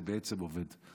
זה בעצם עובד,